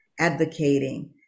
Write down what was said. advocating